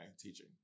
teaching